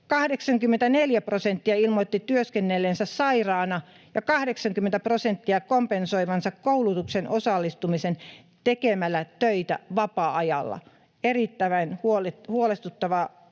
84 prosenttia ilmoitti työskennelleensä sairaana ja 80 prosenttia kompensoivansa koulutuksen osallistumisen tekemällä töitä vapaa-ajalla. Erittäin huolestuttavaa.